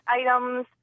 items